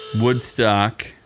Woodstock